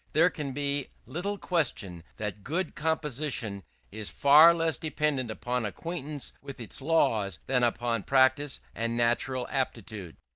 there can be little question that good composition is far less dependent upon acquaintance with its laws, than upon practice and natural aptitude.